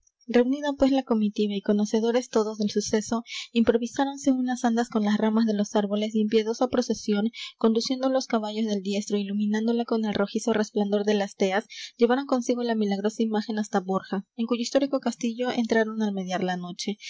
reunida pues la comitiva y conocedores todos del suceso improvisáronse unas andas con las ramas de los árboles y en piadosa procesión conduciendo los caballos del diestro é iluminándola con el rojizo resplandor de las teas llevaron consigo la milagrosa imagen hasta borja en cuyo histórico castillo entraron al mediar la noche